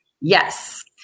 Yes